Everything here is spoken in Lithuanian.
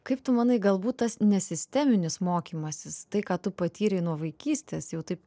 kaip tu manai galbūt tas nesisteminis mokymasis tai ką tu patyrei nuo vaikystės jau taip